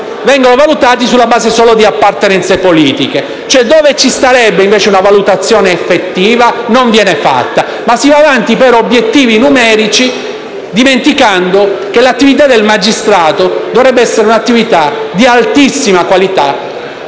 vengono valutati solo sulla base di appartenenze politiche. Dove ci vorrebbe una valutazione effettiva non viene fatta e si va avanti per obiettivi numerici, dimenticando che l'attività del magistrato dovrebbe essere di altissima qualità,